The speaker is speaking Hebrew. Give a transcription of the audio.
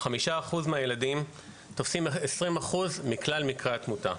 5% מהילדים תופסים 20% מכלל מקרי התמותה.